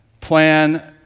plan